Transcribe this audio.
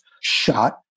shot